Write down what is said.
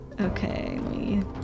Okay